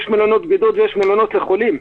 יש מלונות לבידוד ויש מלונות לחולים.